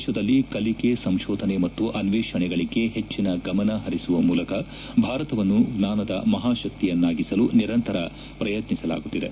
ದೇಶದಲ್ಲಿ ಕಲಿಕೆ ಸಂತೋಧನೆ ಮತ್ತು ಅನ್ನೇಷಣೆಗಳಿಗೆ ಪೆಟ್ಟಿನ ಗಮನ ಪರಿಸುವ ಮೂಲಕ ಭಾರತವನ್ನು ಜ್ಞಾನದ ಮಹಾಶ್ವಿಯನ್ನಾಗಿಸಲು ನಿರಂತರ ಪ್ರಯತ್ನಿಸಲಾಗುತ್ತಿದೆ